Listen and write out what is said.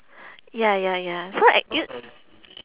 ya ya ya so at yo~